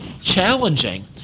challenging